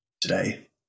today